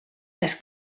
les